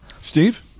Steve